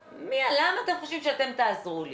למה אתם חושבים שאתם תעזרו לי,